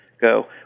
go